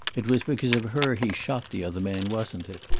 it was because of her he shot the other man, wasn't it?